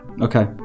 Okay